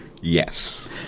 Yes